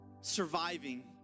surviving